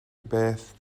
beth